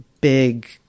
big